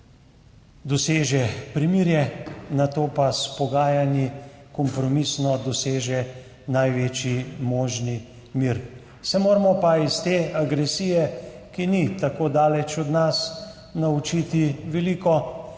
doseže premirje, nato pa s pogajanji kompromisno doseže največji možni mir. Se moramo pa iz te agresije, ki ni tako daleč od nas, naučiti veliko,